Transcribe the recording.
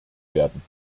werden